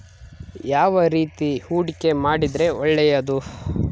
ಯಾವ ರೇತಿ ಹೂಡಿಕೆ ಮಾಡಿದ್ರೆ ಒಳ್ಳೆಯದು?